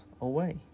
away